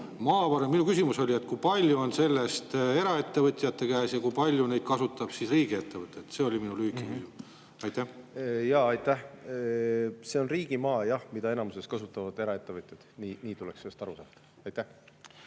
riigile. Minu küsimus on, et kui palju on sellest eraettevõtjate käes ja kui palju neid kasutavad riigiettevõtted. See on minu lühike küsimus. Aitäh! See on riigimaa jah, mida enamuses kasutavad eraettevõtjad. Nii tuleks sellest aru saada. Aitäh!